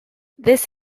this